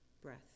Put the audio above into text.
breath